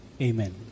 Amen